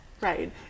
Right